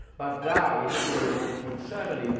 but died in the nineteen seventy s.